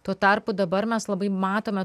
tuo tarpu dabar mes labai matome